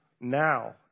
now